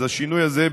אז השינוי הזה,